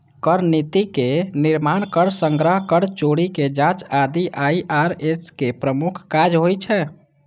कर नीतिक निर्माण, कर संग्रह, कर चोरीक जांच आदि आई.आर.एस के प्रमुख काज होइ छै